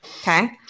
Okay